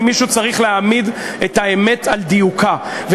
כי מישהו צריך להעמיד את האמת על דיוקה,